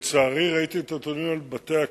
ולצערי, ראיתי את הנתונים על בתי-הכלא,